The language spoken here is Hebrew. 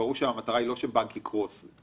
ברור שהמטרה היא לא שהבנק יקרוס.